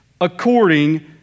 according